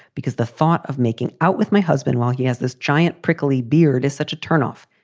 because the thought of making out with my husband while he has this giant prickly beard is such a turnoff.